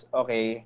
okay